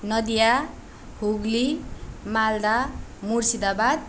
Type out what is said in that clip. Nadia Hooghly Malda Murshidabad